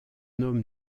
homme